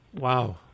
Wow